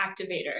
activator